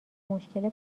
مشکل